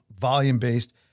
volume-based